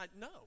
No